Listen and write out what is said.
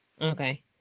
Okay